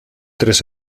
tres